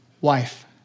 Wife